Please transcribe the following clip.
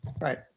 right